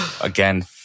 Again